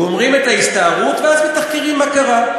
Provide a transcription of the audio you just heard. גומרים את ההסתערות, ואז מתחקרים מה קרה.